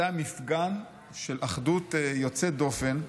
זה היה מפגן של אחדות יוצא דופן.